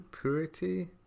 Purity